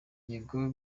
yego